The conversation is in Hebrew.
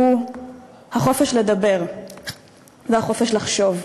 והוא החופש לדבר והחופש לחשוב.